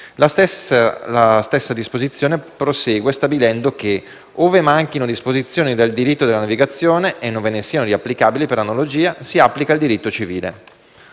La stessa disposizione prosegue stabilendo che: «Ove manchino disposizioni del diritto della navigazione e non ve ne siano di applicabili per analogia, si applica il diritto civile».